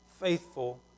faithful